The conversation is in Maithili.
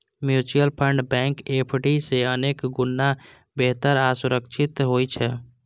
म्यूचुअल फंड बैंक एफ.डी सं अनेक गुणा बेहतर आ सुरक्षित होइ छै